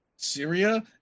Syria